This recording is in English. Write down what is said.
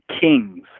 Kings